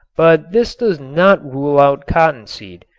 but this does not rule out cottonseed.